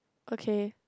okay